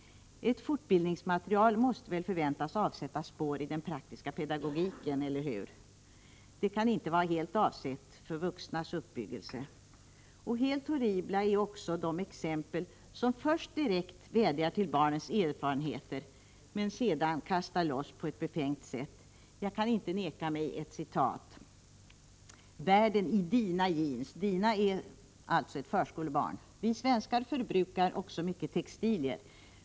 Ett fortbildningsmaterial måste förväntas avsätta spår i den praktiska pedagogiken, eller hur? Det kan inte vara helt avsett för vuxnas uppbyggelse. Helt horribla är också de exempel som först direkt vädjar till barnens erfarenheter men sedan kastar loss på ett befängt sätt. Jag kan inte neka mig ett citat: Dina jeans Vi svenskar förbrukar också mycket textilier.